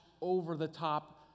over-the-top